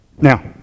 Now